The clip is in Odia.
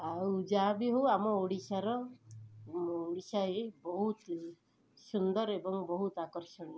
ଆଉ ଯାହାବି ହେଉ ଆମ ଓଡ଼ିଶାର ଓଡ଼ିଶାରେ ବହୁତ ସୁନ୍ଦର ଏବଂ ବହୁତ ଆକର୍ଷଣୀୟ ନାଚ